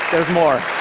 there's more.